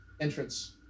entrance